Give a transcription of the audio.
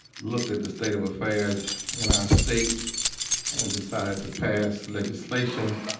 looked at the state of affairs in our state and decided to pass legislation,